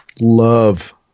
Love